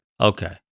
okay